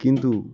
কিন্তু